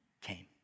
came